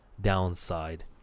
downside